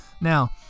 Now